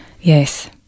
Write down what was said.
yes